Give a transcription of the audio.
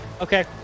Okay